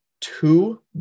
two